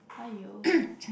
aiyo